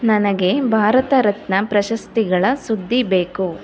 ನನಗೆ ಭಾರತರತ್ನ ಪ್ರಶಸ್ತಿಗಳ ಸುದ್ದಿ ಬೇಕು